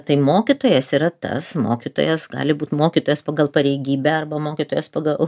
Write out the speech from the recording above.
tai mokytojas yra tas mokytojas gali būt mokytojas pagal pareigybę arba mokytojas pagal